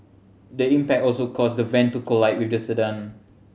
the impact also caused the van to collide with the sedan